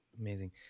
Amazing